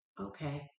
okay